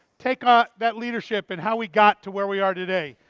take ah that leadership and how we got to where we are today.